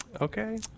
Okay